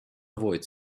avoid